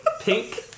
Pink